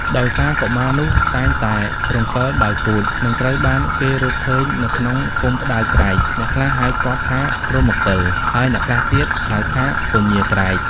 ដោយសារកុមារនោះតែងតែរង្គិលដោយគូថ និងត្រូវបានគេរកឃើញនៅក្នុងគុម្ពផ្តៅក្រែក អ្នកខ្លះហៅគាត់ថា ព្រហ្មកិល ហើយអ្នកខ្លះទៀតហៅថា ពញាក្រែក ។